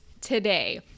today